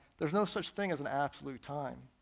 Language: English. there's no such thing as an absolute time.